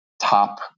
top